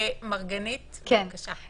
מרגנית, בבקשה.